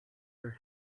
her